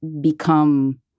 become